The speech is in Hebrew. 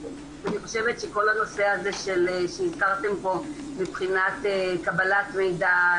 אני חושבת שכל הנושא שהזכרתם פה מבחינת קבלת מידע,